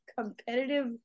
competitive